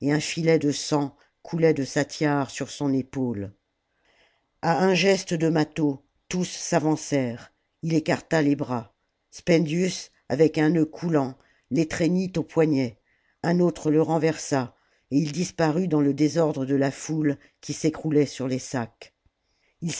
un filet de sang coulait de sa tiare sur son épaule a un geste de mâtho tous s'avancèrent il écarta les bras spendius avec un nœud coulant l'étreignit aux poignets un autre le renversa et il disparut dans le désordre de la foule qui s'écroulait sur les sacs